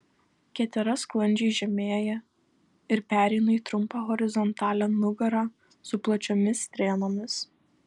ketera sklandžiai žemėja ir pereina į trumpą horizontalią nugarą su plačiomis strėnomis